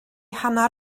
hanner